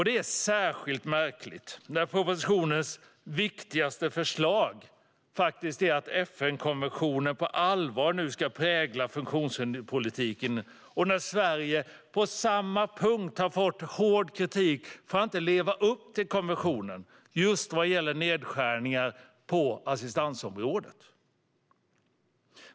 Det är särskilt märkligt när propositionens viktigaste förslag är att FN-konventionen på allvar nu ska prägla funktionshinderspolitiken och när Sverige på samma punkt fått hård kritik för att inte leva upp till konventionen just vad gäller nedskärningar på assistansområdet.